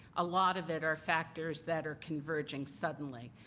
a lot of it are factors that are converging suddenly.